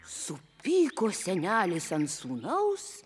supyko senelis ant sūnaus